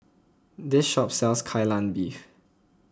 this shop sells Kai Lan Beef